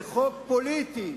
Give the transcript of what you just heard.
זה חוק פוליטי